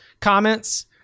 comments